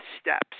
steps